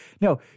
no